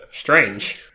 Strange